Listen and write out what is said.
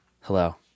hello